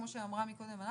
כמו שאמרה מקודם ענת,